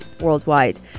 worldwide